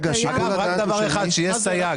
אגב, רק דבר אחד שיהיה סייג.